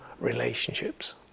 relationships